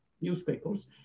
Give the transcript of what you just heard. newspapers